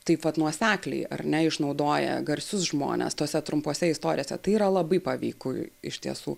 taip vat nuosekliai ar ne išnaudoja garsius žmones tose trumpose istorijose tai yra labai paveiku iš tiesų